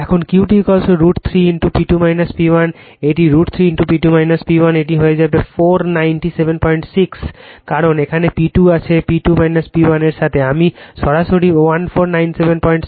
এখন QT √ 3 P2 P1 এটি √ 3 P2 P1 একটি হয়ে যাবে 4976 কারণ এখানে P2 আছে P2 P1 এর সাথে আমি সরাসরি 14976 VAr লিখেছি